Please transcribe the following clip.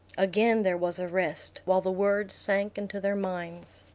again there was a rest, while the words sank into their minds.